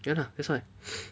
ya lah that's why